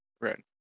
Right